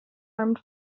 armed